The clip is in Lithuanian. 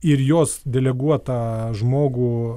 ir jos deleguotą žmogų